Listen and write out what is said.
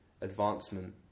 advancement